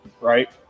right